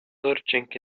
searching